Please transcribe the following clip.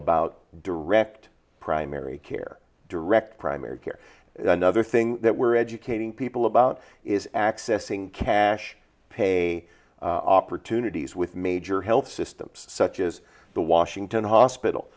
about direct primary care direct primary care another thing that we're educating people about is accessing cash pay opportunities with major health systems such as the washington hospital